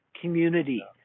community